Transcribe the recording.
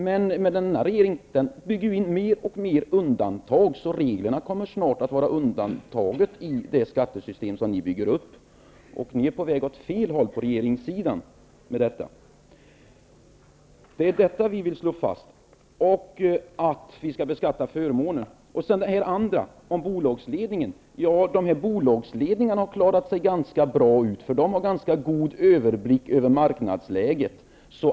Men denna regering bygger in mer och mer undantag, så reglerna kommer snart att vara undantagen i det skattesystem som ni bygger upp. Regeringen är på väg åt fel håll med detta. Det är detta vi vill slå fast och att vi skall beskatta förmåner. Bolagsledningarna har klarat sig ganska bra. De har rätt god överblick över marknadsläget.